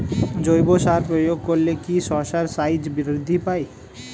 জৈব সার প্রয়োগ করলে কি শশার সাইজ বৃদ্ধি পায়?